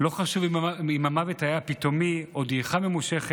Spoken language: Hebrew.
לא חשוב אם המוות היה פתאומי או שהייתה דעיכה ממושכת.